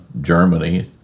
Germany